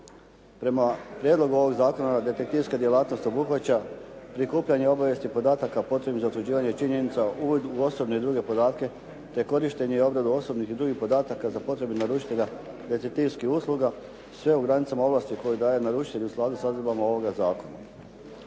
Prema prijedlogu ovog zakona detektivska djelatnost obuhvaća prikupljanje obavijesti, podataka potrebnih za utvrđivanje činjenica, uvid u osobne i druge podatke, te korištenje i obradu osobnih i drugih podataka za potrebe naručitelja detektivskih usluga sve u granicama ovlasti koje daje naručitelj u skladu s odredbama ovog zakona.